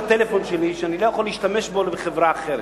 הטלפון שלי כך שאני לא יכול להשתמש בו בחברה אחרת?